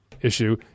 issue